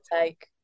take